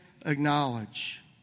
acknowledge